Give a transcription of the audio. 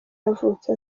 yavutse